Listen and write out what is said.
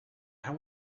how